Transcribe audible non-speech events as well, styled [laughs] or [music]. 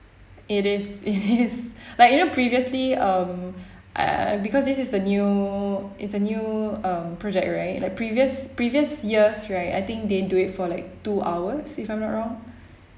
it is it is [laughs] like you know previously err because this is the new it's a new um project right like previous previous years right I think they do it for like two hours if I'm not wrong